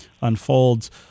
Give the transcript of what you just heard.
unfolds